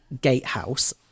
Gatehouse